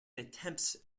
attempts